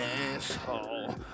asshole